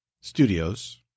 Studios